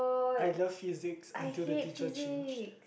I love Physics until the teacher changed